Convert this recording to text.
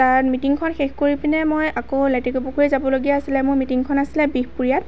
তাত মিটিংখন শেষ কৰি পিনে মই আকৌ লেটেকু পুখুৰী যাবলগীয়া আছিলে মোৰ মিটিংখন আছিলে বিহপুৰীয়াত